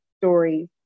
stories